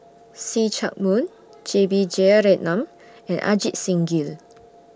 See Chak Mun J B Jeyaretnam and Ajit Singh Gill